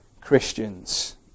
Christians